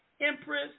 Empress